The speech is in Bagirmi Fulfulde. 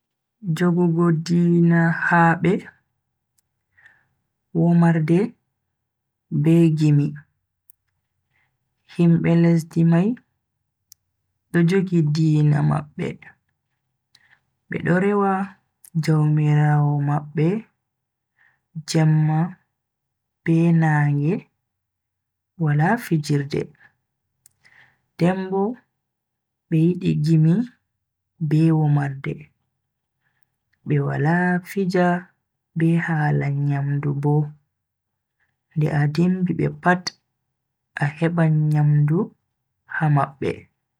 Jogugo diina haabe, womarde be gimi. Himbe lesdi mai do jogi diina mabbe, bedo rewa jaumiraawo mabbe jemma be nange wala fijirde. Den bo be yidi gimi be womarde. Be wala fiji be hala nyamdu bo, nde a dimbi be pat a heban nyamdu ha mabbe.